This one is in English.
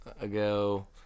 ago